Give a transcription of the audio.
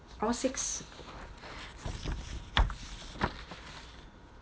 all six